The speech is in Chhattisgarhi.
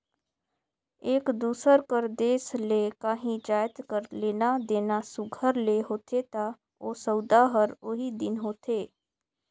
एक दूसर कर देस ले काहीं जाएत कर लेना देना सुग्घर ले होथे ता ओ सउदा हर ओही दिन होथे